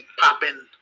popping